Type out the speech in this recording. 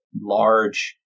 large